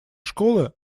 школы